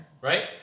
right